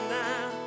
now